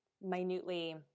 minutely